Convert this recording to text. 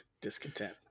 discontent